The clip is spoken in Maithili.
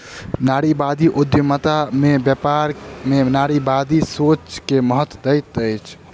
नारीवादी उद्यमिता में व्यापार में नारीवादी सोच के महत्त्व दैत अछि